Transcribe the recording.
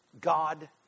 God